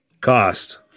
cost